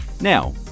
now